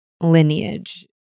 lineage